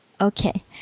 Okay